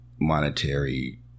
monetary